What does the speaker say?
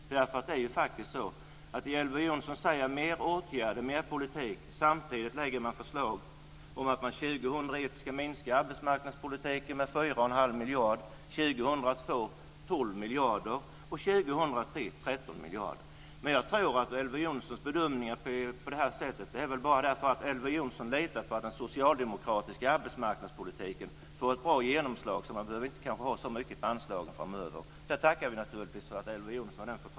Han talar om mer åtgärder och mer arbetsmarknadspolitik, men samtidigt lägger Folkpartiet fram förslag om att man ska minska anslagen till arbetsmarknadspolitiken med 4 1⁄2 miljard år 2001, med 12 miljarder år 2002 Jag tror att Elver Jonssons bedömningar beror på att han litar på att den socialdemokratiska arbetsmarknadspolitiken får ett så bra genomslag att man kanske inte behöver så stora anslag framöver.